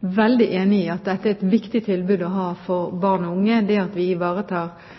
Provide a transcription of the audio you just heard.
veldig enig i at dette er et viktig tilbud for barn og unge – det at vi ivaretar